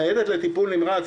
ניידת לטיפול נמרץ,